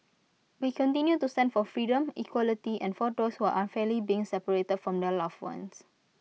we continue to stand for freedom equality and for those who are unfairly being separated from their loved ones